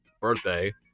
birthday